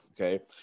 okay